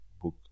book